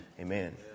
Amen